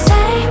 Say